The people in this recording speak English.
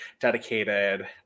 dedicated